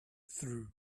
through